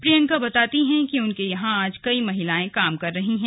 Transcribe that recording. प्रियंका बताती हैं कि उनके यहां आज कई महिलाएं काम कर रही हैं